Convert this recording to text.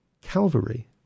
Calvary